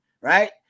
right